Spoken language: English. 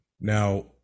Now